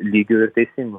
lygiu ir teisingu